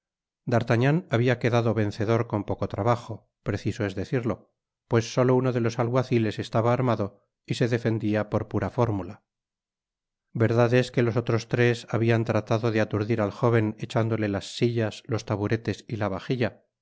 habia quedado vencedor con poco trabajo preciso es decirlo pues solo uno de los alguaciles estaba armado y se defendia por pura fórmula verdades que los otros tres habian tratado de aturdir al jóven echándole las sillas los taburetes y la vajilla